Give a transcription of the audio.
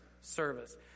service